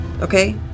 Okay